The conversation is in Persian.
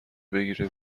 بگیره